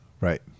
right